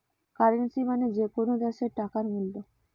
currency মানে যে কোনো দ্যাশের টাকার মূল্য